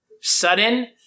sudden